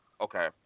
Okay